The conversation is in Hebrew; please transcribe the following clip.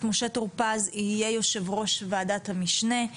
משה טור פז יהיה יושב ראש ועדת המשנה,